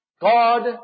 God